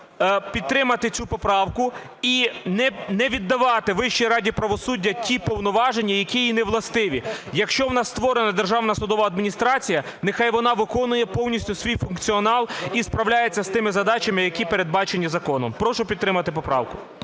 підтримати цю поправку і не віддавати Вищій раді правосуддя ті повноваження, які їй не властиві. Якщо у нас створена Державна судова адміністрація, нехай вона виконує повністю свій функціонал і справляється з тими задачами, які передбачені законом. Прошу підтримати поправку.